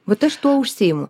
vat aš tuo užsiimu